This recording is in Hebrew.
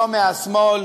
לא מהשמאל